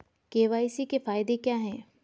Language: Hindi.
के.वाई.सी के फायदे क्या है?